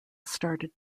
started